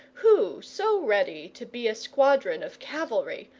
who so ready to be a squadron of cavalry,